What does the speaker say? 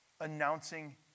announcing